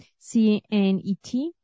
CNET